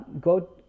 Go